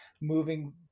moving